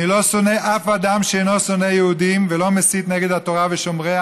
אני לא שונא אף אדם שאינו שונא יהודים ולא מסית נגד התורה ושומריה,